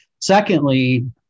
Secondly